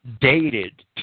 dated